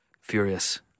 furious